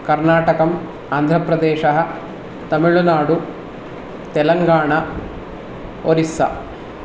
कर्णाटकम् आन्ध्रप्रदेशः तमिळुनाडु तेलङ्गाणा ओरिस्सा